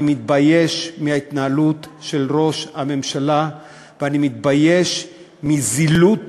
אני מתבייש מההתנהלות של ראש הממשלה ואני מתבייש מזילות